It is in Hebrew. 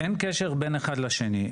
אין קשר בין אחד לשני.